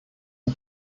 die